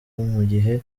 mugihe